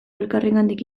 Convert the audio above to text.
elkarrengandik